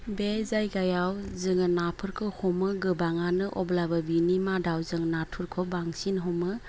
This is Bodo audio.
बे जायगायाव जोङो नाफोरखौ हमो गोबाङानो अब्लाबो बिनि मादाव जों नाथुरफोरखौ बांसिन हमो